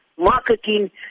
marketing